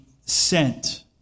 sent